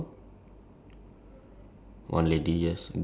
okay now go to the top left of the picture